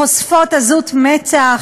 חושפות עזות מצח.